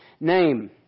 name